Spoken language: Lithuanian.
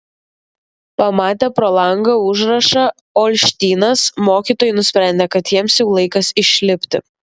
pamatę pro langą užrašą olštynas mokytojai nusprendė kad jiems jau laikas išlipti